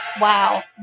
wow